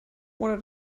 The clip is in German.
oder